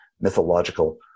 mythological